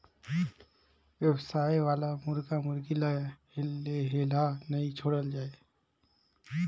बेवसाय वाला मुरगा मुरगी ल हेल्ला नइ छोड़ल जाए